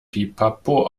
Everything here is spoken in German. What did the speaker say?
pipapo